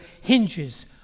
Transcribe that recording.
hinges